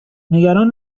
نگران